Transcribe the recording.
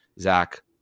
Zach